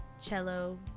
cello